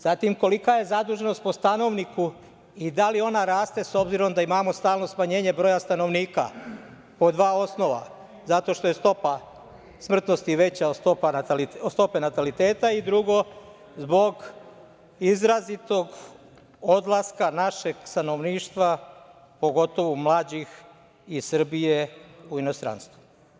Zatim, kolika je zaduženost po stanovniku i da li ona raste, s obzirom da imamo stalno smanjenje broja stanovnika, po dva osnova, zato što je stopa smrtnosti veća od stope nataliteta i drugo, zbog izrazitog odlaska našeg stanovništva, pogotovo mlađih, iz Srbije u inostranstvo?